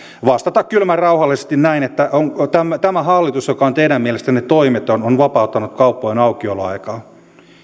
vastata kylmän rauhallisesti näin tämä hallitus joka on teidän mielestänne toimeton on vapauttanut kauppojen aukioloaikaa